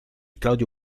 claudio